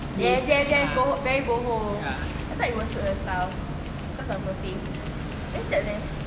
yes yes yes bo~ very boho I thought it was your style because of your taste where that leh